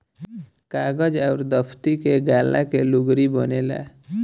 कागज अउर दफ़्ती के गाला के लुगरी बनेला